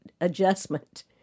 adjustment